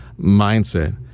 mindset